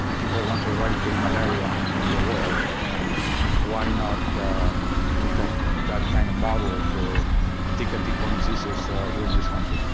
people want to eradicate malaria from the world and why not look at that kind of model for tick and tick-borne diseases here in this country.